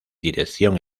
dirección